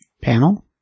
panel